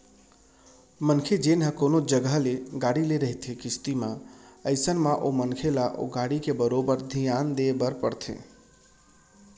मनखे जेन ह कोनो जघा ले गाड़ी ले रहिथे किस्ती म अइसन म ओ मनखे ल ओ गाड़ी के बरोबर धियान देय बर परथे